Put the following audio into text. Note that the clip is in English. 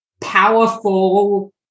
powerful